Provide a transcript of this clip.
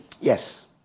yes